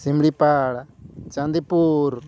Similipal Chandipur